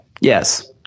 yes